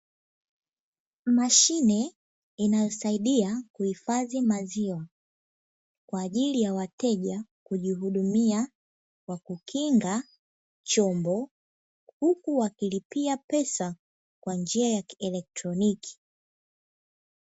Mashine inayosaidia kuhifadhi maziwa kwa ajili ya wateja kujihudumia kwa kukinga chombo. Huku wakilipia pesa kwa njia ya kieletroniki.